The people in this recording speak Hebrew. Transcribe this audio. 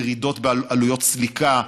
ירידות בעלויות סליקה,